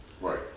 Right